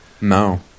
No